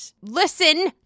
listen